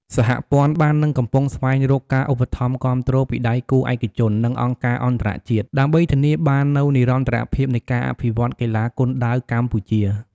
សហព័ន្ធបាននឹងកំពុងស្វែងរកការឧបត្ថម្ភគាំទ្រពីដៃគូឯកជន និងអង្គការអន្តរជាតិ ដើម្បីធានាបាននូវនិរន្តរភាពនៃការអភិវឌ្ឍកីឡាគុនដាវកម្ពុជា។